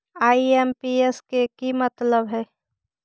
IMPS के कि मतलब है?